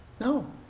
No